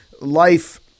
life